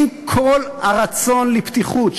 עם כל הרצון לפתיחות,